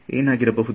ಏನಾಗಿರಬಹುದು